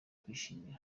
kwishimira